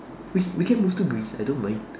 we we can move to Greece I don't mind